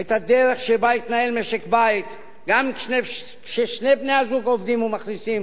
את הדרך שבה יתנהל משק-בית גם כששני בני-הזוג עובדים ומכניסים